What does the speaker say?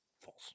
False